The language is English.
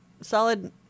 solid